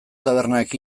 tabernak